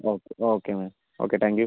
okay okay ma'am okay thank you